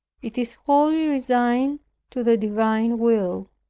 it is wholly resigned to the divine will.